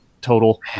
total